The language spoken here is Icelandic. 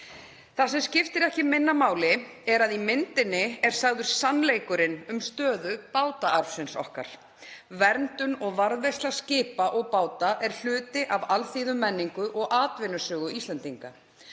Það sem skiptir ekki minna máli er að í myndinni er sagður sannleikurinn um stöðu bátaarfsins okkar. Vernd og varðveisla skipa og báta er hluti af alþýðumenningu og atvinnusögu Íslendinga.